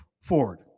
forward